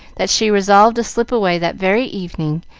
that she resolved to slip away that very evening,